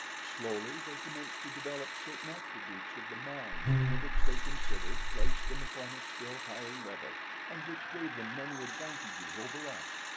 slowly they commenced to develop certain attributes of the mind which, they considered, placed them upon a still higher level and which gave them many advantages over us,